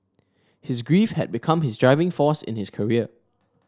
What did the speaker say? his grief had become his driving force in his career